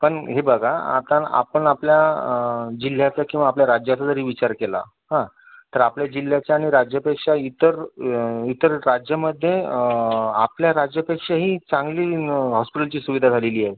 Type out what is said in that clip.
पण हे बघा आता आपण आपल्या जिल्ह्याचा किंवा आपल्या राज्याचा जरी विचार केला हा तर आपल्या जिल्ह्याच्या आणि राज्यापेक्षा इतर इतर राज्यामध्ये आपल्या राज्यापेक्षाही चांगली हॉस्पिटलची सुविधा झालेली आहे